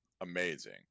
amazing